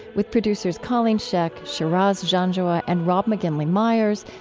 with producers colleen scheck, shiraz janjua, and rob mcginley myers,